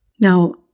Now